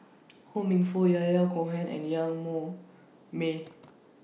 Ho Minfong Yahya Cohen and Yan Mong May